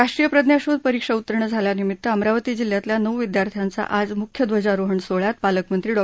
राष्ट्रीय प्रज्ञाशोध परीक्षा उत्तीर्ण झाल्यानिमित्त अमरावती जिल्ह्यातल्या नऊ विद्यार्थ्यांचा आज मुख्य ध्वजारोहण सोहळ्यात पालकमंत्री डॉ